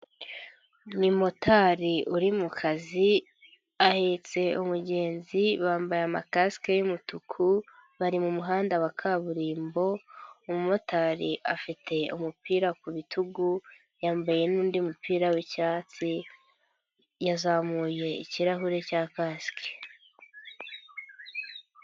NI motari uri mu kazi ahetse umugenzi bambaye makasIkE y'umutuku bari mu muhanda wa kaburimbo, umumotari afite umupira ku bitugu, yambaye n'undi mupira w'Icyatsi yazamuye ikirahure cya kasike.